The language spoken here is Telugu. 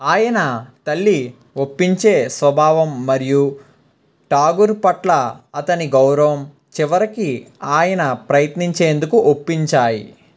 ఆయన తల్లి ఒప్పించే స్వభావం మరియు ఠాగూర్ పట్ల అతని గౌరవం చివరికి ఆయన ప్రయత్నించేందుకు ఒప్పించాయి